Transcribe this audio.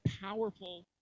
powerful